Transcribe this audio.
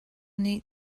nih